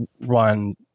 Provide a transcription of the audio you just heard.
run